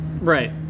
Right